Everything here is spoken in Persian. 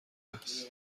است